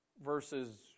Versus